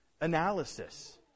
analysis